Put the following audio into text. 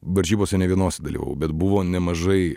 varžybose ne vienose dalyvavau bet buvo nemažai